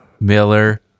Miller